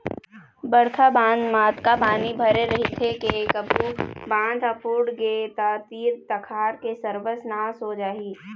बड़का बांध म अतका पानी भरे रहिथे के कभू बांध ह फूटगे त तीर तखार के सरबस नाश हो जाही